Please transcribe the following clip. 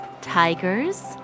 tigers